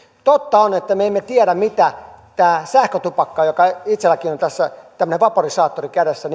totta on että me emme tiedä mitä tämä sähkötupakka aiheuttaa tämmöinen vaporisaattori joka itsellänikin on tässä kädessä